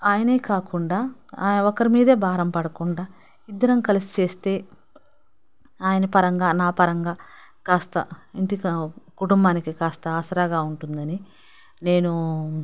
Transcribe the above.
ఆయనే కాకుండా ఒకరి మీదే భారం పడకుండా ఇద్దరం కలిసి చేస్తే ఆయన పరంగా నా పరంగా కాస్త ఇంటికి కుటుంబానికి కాస్త ఆసరాగా ఉంటుందని నేను